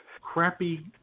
crappy